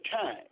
time